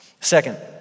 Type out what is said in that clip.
Second